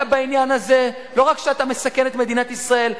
בעניין הזה לא רק שאתה מסכן את מדינת ישראל,